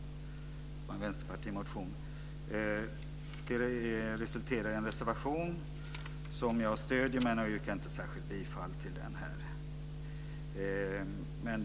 Det är en vänsterpartimotion som resulterar i en reservation. Jag stöder den men yrkar inte bifall till den.